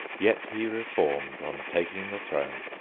yet he reformed on taking the throne.